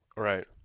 Right